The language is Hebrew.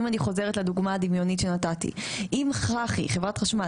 אם אני חוזרת לדוגמה הדמיונית שנתתי אם חברת החשמל